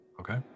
Okay